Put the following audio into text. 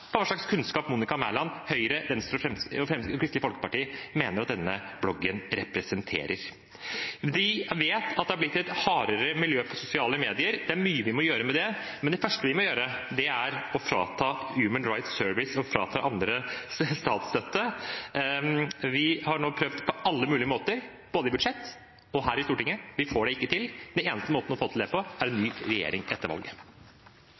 på hva slags kunnskap Monica Mæland, Høyre, Venstre, Fremskrittspartiet og Kristelig Folkeparti mener at denne bloggen representerer. De vet at det er blitt et hardere miljø på sosiale medier. Det er mye vi må gjøre med det, men det første vi må gjøre, er å frata Human Rights Service og andre statsstøtte. Vi har nå prøvd på alle mulige måter, både i budsjett og her i Stortinget. Vi får det ikke til. Den eneste måten å få det til på, er å få en ny regjering etter valget.